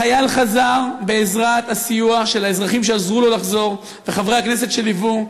החייל חזר בעזרת הסיוע של האזרחים שעזרו לו לחזור וחברי הכנסת שליוו,